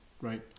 right